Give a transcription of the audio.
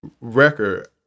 record